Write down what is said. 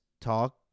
talk